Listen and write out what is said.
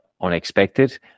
unexpected